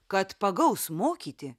kad pagaus mokyti